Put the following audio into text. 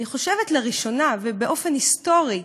אני חושבת לראשונה ובאופן היסטורי,